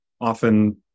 Often